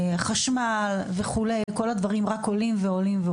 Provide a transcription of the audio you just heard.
החשמל וכו' וכל הדברים רק עולים ועולים.